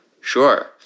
sure